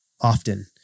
often